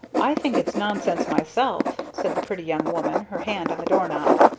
i think it's nonsense myself, said the pretty young woman her hand on the doorknob.